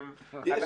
אני חושב